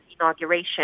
inauguration